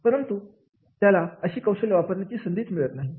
परंतु त्याला अशी कौशल्ये वापरण्याची संधी मिळते का